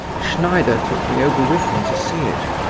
schneider took me over with him to see it.